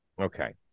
Okay